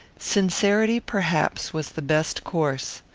sincerity, perhaps, was the best course.